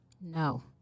No